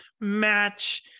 match